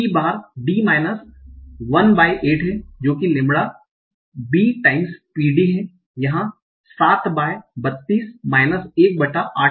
bar p d minus 1 by 8 है जो कि lambda b times P D है यहां 7 बाय 32 माइनस 1 बटा 8 था